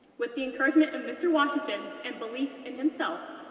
with the encouragement of mr. washington, and belief in himself,